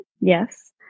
Yes